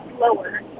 lower